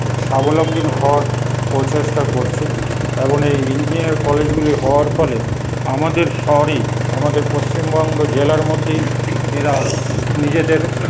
স্বাবলম্বী হওয়ার প্রচেষ্টা করছে এবং এই ইঞ্জিনিয়ারিং কলেজগুলি হওয়ার ফলে আমাদের শহরেই আমাদের পশ্চিমবঙ্গ জেলার মধ্যেই এরা নিজেদের